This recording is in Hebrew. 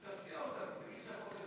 תפתיע אותנו, תגיד שהחוק הזה צודק.